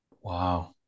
Wow